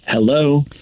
Hello